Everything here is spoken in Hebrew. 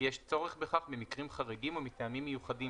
כי יש צורך בכך במקרים חריגים ומטעמים מיוחדים